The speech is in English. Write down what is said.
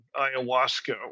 ayahuasca